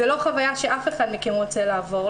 זו לא חוויה שאף אחד מכם רוצה לעבור,